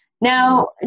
now